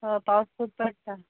पावस खूब पडटा